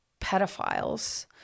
pedophiles